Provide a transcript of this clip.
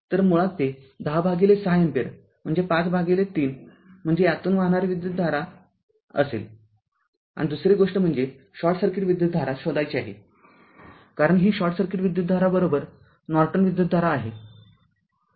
तरमुळात ते १० भागिले ६ अँपिअर म्हणजे ५ भागिले ३ म्हणजे यातून वाहणारी विद्युतधारा असेल आणि दुसरी गोष्ट म्हणजे शॉर्ट सर्किट विद्युतधारा शोधायची आहे कारण ही शॉर्ट सर्किट विद्युतधारा नॉर्टन विद्युतधारा आहे